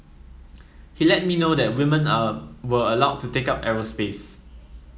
he let me know that women are were allowed to take up aerospace